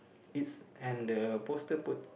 it's and the poster puts